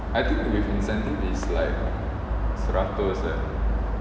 I think with incentive is like seratus eh